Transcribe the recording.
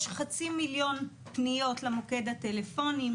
יש חצי מיליון פניות למוקד הטלפוני,